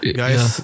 guys